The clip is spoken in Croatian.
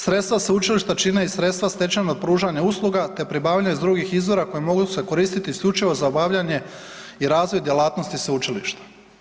Sredstva sveučilišta čine i sredstva stečenog pružanja usluga te pribavljanja iz drugih izvora koja se mogu koristiti isključivo za obavljanje i razvoj djelatnosti sveučilišta.